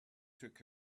took